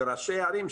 וראשי הערים,